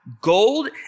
gold